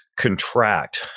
contract